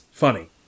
Funny